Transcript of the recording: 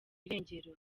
irengero